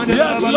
yes